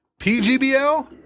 PGBL